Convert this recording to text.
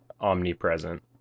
omnipresent